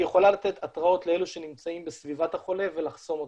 יכולה לתת התראות לאלה שנמצאים בסביבת החולה ולחסום אותם.